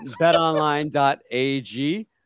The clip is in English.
betonline.ag